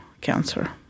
cancer